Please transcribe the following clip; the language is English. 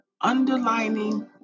underlining